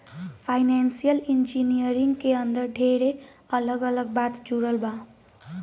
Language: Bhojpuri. फाइनेंशियल इंजीनियरिंग के अंदर ढेरे अलग अलग बात जुड़ल बा